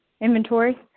inventory